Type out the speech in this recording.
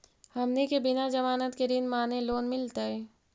हमनी के बिना जमानत के ऋण माने लोन मिलतई?